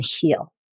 heal